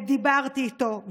ודיברתי איתו,